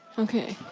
ok.